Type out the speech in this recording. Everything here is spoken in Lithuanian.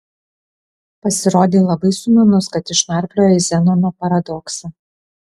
pasirodei labai sumanus kad išnarpliojai zenono paradoksą